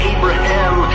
Abraham